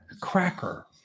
Cracker